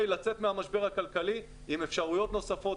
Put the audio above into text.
לצאת מהמשבר הכלכלי עם אפשרויות נוספות,